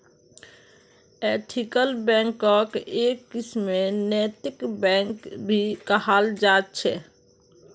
ethical बैंकक् एक किस्मेर नैतिक बैंक भी कहाल जा छे